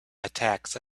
attacks